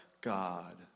God